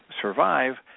survive